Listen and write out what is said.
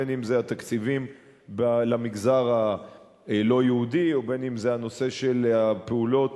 אם התקציבים למגזר הלא-יהודי ואם הפעולות